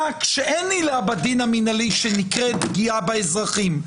רק שאין עילה בדין המנהלי שנקראת "פגיעה באזרחים".